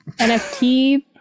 NFT